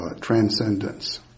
transcendence